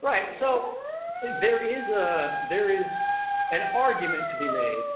right, so there is ah there is an argument to be made